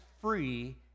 free